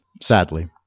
sadly